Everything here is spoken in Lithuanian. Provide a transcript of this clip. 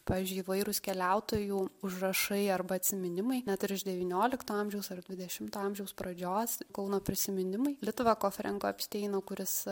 pavyzdžiui įvairūs keliautojų užrašai arba atsiminimai net ir iš devyniolikto amžiaus ar dvidešimto amžiaus pradžios kauno prisiminimai litvako frenko epsteino kuris